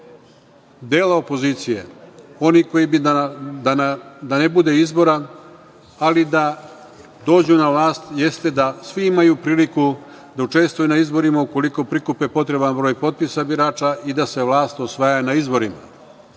dela opozicije, oni koji bi da ne bude izbora ali da dođu na vlast, jeste da svi imaju priliku da učestvuju na izborima ukoliko prikupe potreban broj potpisa birača i da se vlast osvaja na izborima. Uz